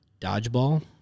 Dodgeball